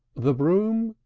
the broom,